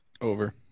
Over